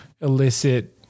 illicit